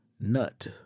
nut